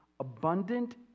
Abundant